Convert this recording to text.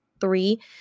three